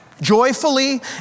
joyfully